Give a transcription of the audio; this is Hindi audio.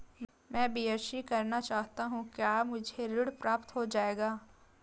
मैं बीएससी करना चाहता हूँ क्या मुझे ऋण प्राप्त हो जाएगा?